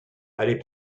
allez